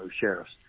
sheriffs